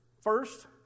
First